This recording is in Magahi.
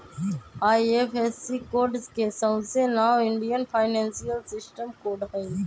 आई.एफ.एस.सी कोड के सऊसे नाओ इंडियन फाइनेंशियल सिस्टम कोड हई